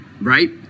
right